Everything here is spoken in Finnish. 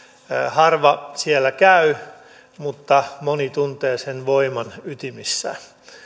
harva siellä käy mutta moni tuntee sen voiman ytimissään